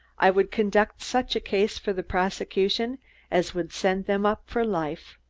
i would conduct such a case for the prosecution as would send them up for life.